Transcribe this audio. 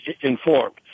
informed